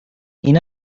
این